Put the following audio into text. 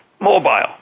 mobile